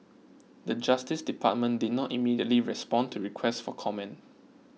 the Justice Department did not immediately respond to request for comment